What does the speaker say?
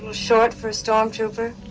short for a stormtrooper.